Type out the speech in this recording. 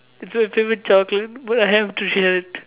it's my favourite chocolate but I have to share it